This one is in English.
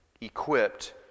equipped